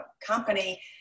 company